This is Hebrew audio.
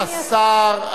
אדוני השר,